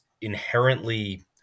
inherently